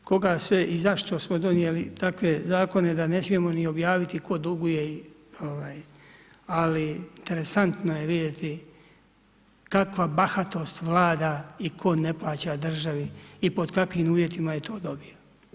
Ne znam koga sve i zašto smo donijeli takve zakone da ne smijemo ni objaviti tko duguje ali interesantno je vidjeti kakva bahatost vlada i tko ne plaća državi i pod kakvim uvjetima je to dobio.